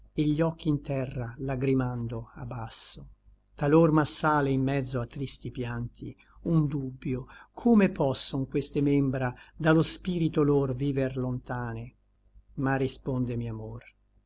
et gli occhi in terra lagrimando abasso talor m'assale in mezzo a'tristi pianti un dubbio come posson queste membra da lo spirito lor viver lontane ma rispondemi amor